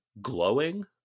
glowing